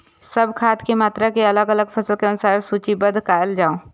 सब खाद के मात्रा के अलग अलग फसल के अनुसार सूचीबद्ध कायल जाओ?